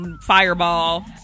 fireball